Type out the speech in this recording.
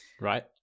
right